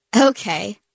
Okay